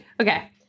Okay